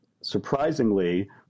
Surprisingly